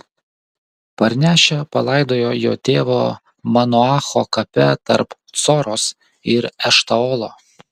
parnešę palaidojo jo tėvo manoacho kape tarp coros ir eštaolo